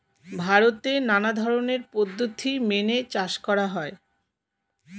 ভারতে নানা ধরনের পদ্ধতি মেনে চাষ করা হয়